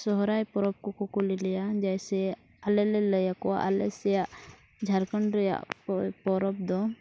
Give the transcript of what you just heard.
ᱥᱚᱦᱨᱟᱭ ᱯᱚᱨᱚᱵᱽ ᱠᱚᱠᱚ ᱠᱩᱞᱤ ᱞᱮᱭᱟ ᱡᱮᱥᱮ ᱟᱞᱮ ᱞᱮ ᱞᱟᱹᱭ ᱟᱠᱚᱣᱟ ᱟᱞᱮ ᱥᱮᱭᱟᱜ ᱡᱷᱟᱲᱠᱷᱚᱸᱰ ᱨᱮᱭᱟᱜ ᱯᱚᱨᱚᱵᱽ ᱫᱚ